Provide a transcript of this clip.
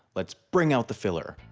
let's bring out the filler.